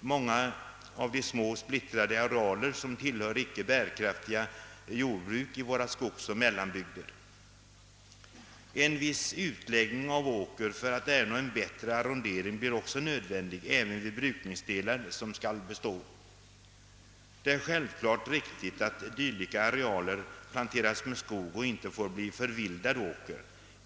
många av de små splittrade arealer, som tillhör icke bärkraftiga jordbruk i våra skogsoch mellanbygder. En viss utläggning av åker för att ernå en bättre arrondering blir också nödvändig även vid brukningsdelar som skall bestå. Det är självklart riktigt att dylika arealer planteras med skog och inte får bli »förvildad» åker.